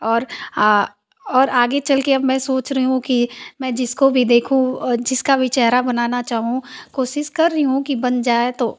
और और आगे चल कर अब में सोच रही हूँ कि मैं जिसको भी देखूँ जिसका भी चेहरा बनाना चाहूँ कोशिश कर रही हूँ कि बन जाए तो